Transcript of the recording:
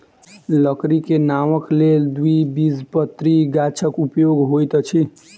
लकड़ी के नावक लेल द्विबीजपत्री गाछक उपयोग होइत अछि